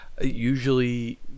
usually